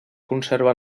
conserva